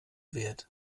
wert